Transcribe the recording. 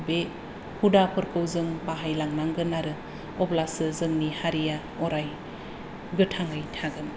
बे हुदाफोरखौ जों बाहायलांनांगोन आरो अब्लासो जोंनि हारिया अराय गोथाङै थागोन